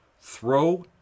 throw